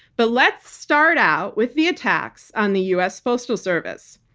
but let's start out with the attacks on the us postal service.